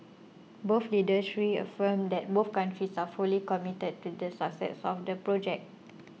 both leaders reaffirmed that both countries are fully committed to the success of the project